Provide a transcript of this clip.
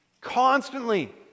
constantly